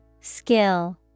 Skill